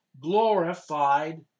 glorified